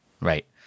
Right